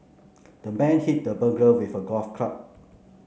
the man hit the burglar with a golf club